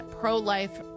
pro-life